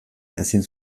ezin